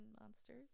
monsters